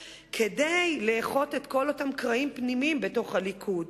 כדי לאחות את כל אותם קרעים פנימיים בתוך הליכוד?